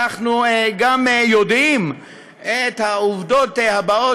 אנחנו גם יודעים את העובדות הבאות,